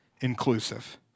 inclusive